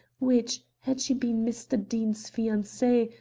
which, had she been mr. deane's fiancee,